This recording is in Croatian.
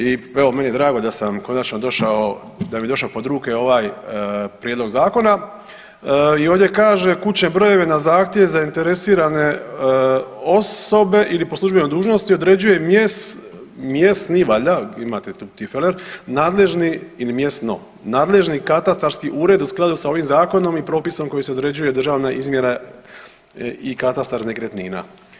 I evo meni je drago da sam konačno došao, da mi je došao pod ruke ovaj prijedlog zakona i ovdje kaže kućne brojeve na zahtjev zainteresirane osobe ili po službenoj dužnosti određuje mjes, mjesni valjda imate tu tipfler nadležni ili mjesno nadležni katastarski ured u skladu s ovim zakonom i propisom kojim se određuje državna izmjera i katastar nekretnina.